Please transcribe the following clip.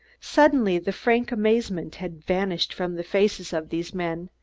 suddenly the frank amazement had vanished from the faces of these men,